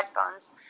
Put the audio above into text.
headphones